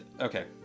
Okay